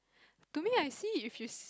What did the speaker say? to me I see if you